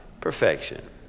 perfection